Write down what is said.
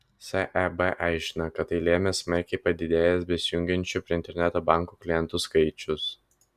seb aiškina kad tai lėmė smarkiai padidėjęs besijungiančių prie interneto banko klientų skaičius